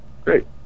Great